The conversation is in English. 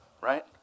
right